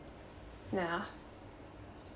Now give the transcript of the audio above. nah